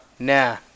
Nah